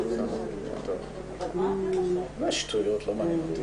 זאת אומרת,